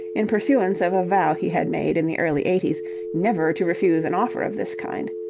in pursuance of a vow he had made in the early eighties never to refuse an offer of this kind.